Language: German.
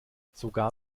sogar